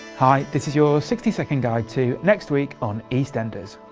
hi, this is your sixty second guide to next week on eastenders